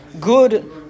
good